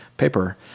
paper